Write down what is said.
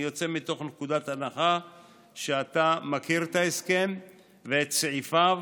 אני יוצא מתוך נקודת הנחה שאתה מכיר את ההסכם ואת סעיפיו,